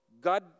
God